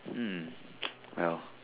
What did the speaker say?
hmm well